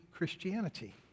Christianity